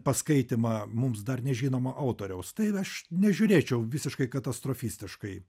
paskaitymą mums dar nežinomo autoriaus tai aš nežiūrėčiau visiškai katastrofistiškai